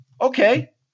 Okay